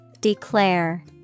Declare